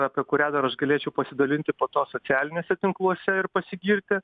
apie kurią dar aš galėčiau pasidalinti po to socialiniuose tinkluose ir pasigirti